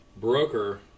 broker